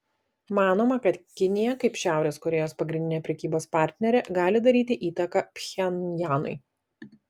manoma kad kinija kaip šiaurės korėjos pagrindinė prekybos partnerė gali daryti įtaką pchenjanui